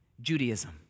Judaism